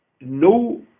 no